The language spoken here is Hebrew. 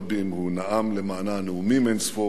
והוא נאם עליה נאומים אין-ספור,